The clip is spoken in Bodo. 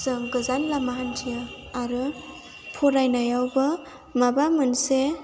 जों गोजान लामा हान्थियो आरो फरायनायावबो माबा मोनसे